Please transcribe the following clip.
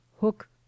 hook